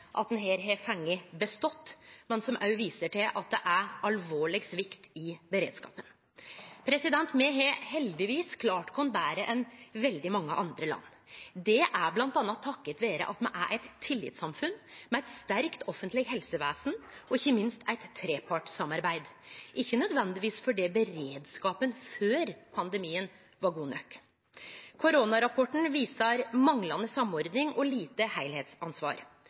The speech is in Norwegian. at det er alvorleg svikt i beredskapen. Me har heldigvis klart oss betre enn veldig mange andre land. Det er bl.a. takk vere at me er eit tillitssamfunn med eit sterkt offentleg helsevesen og ikkje minst eit trepartssamarbeid – ikkje nødvendigvis fordi beredskapen før pandemien var god nok. Koronarapporten viser manglande samordning og lite